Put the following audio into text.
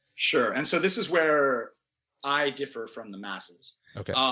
sure and so this is where i differ from the masses okay ah